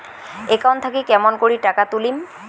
Account থাকি কেমন করি টাকা তুলিম?